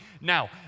Now